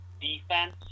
defense